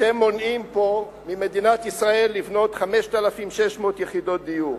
אתם מונעים פה ממדינת ישראל לבנות 5,600 יחידות דיור.